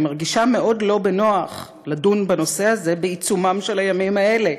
אני מרגישה מאוד לא בנוח לדון בנושא הזה בעיצומם של הימים האלה,